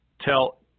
Tell